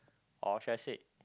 or should I say